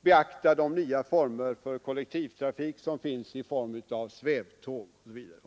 beakta de nya former för kollektivtrafik som finns, t.ex. svävtåget.